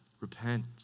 Repent